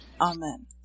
Amen